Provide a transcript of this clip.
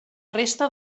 resta